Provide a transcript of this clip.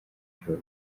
majoro